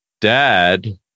dad